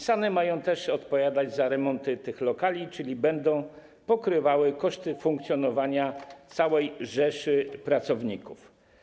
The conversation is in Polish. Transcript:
SAN-y mają też odpowiadać za remonty tych lokali, czyli będą pokrywały koszty funkcjonowania całej rzeszy pracowników.